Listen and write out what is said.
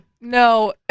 No